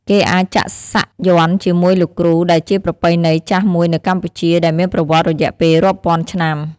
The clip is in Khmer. គេអាចចាក់សាក់យ័ន្តជាមួយលោកគ្រូដែលជាប្រពៃណីចាស់មួយនៅកម្ពុជា ដែលមានប្រវត្តិរយៈពេលរាប់ពាន់ឆ្នាំ។